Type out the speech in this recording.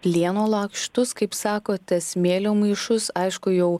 plieno lakštus kaip sakote smėlio maišus aišku jau